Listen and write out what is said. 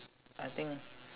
I think